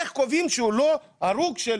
איך קובעים שהוא לא הרוג של